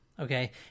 Okay